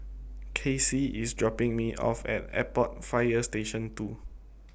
Kacy IS dropping Me off At Airport Fire Station two